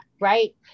right